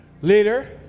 Leader